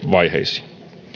vaiheisiin